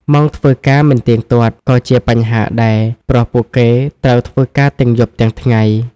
ម៉ោងធ្វើការមិនទៀងទាត់ ក៏ជាបញ្ហាដែរ ព្រោះពួកគេត្រូវធ្វើការទាំងយប់ទាំងថ្ងៃ។